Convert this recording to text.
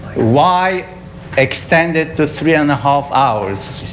why extend it to three and a half hours.